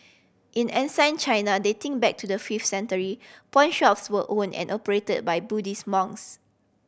in China dating back to the fifth century pawnshops were own and operate by Buddhist monks